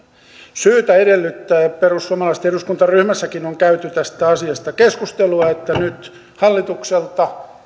syytä edellyttää perussuomalaisten eduskuntaryhmässäkin on käyty tästä asiasta keskustelua hallitukselta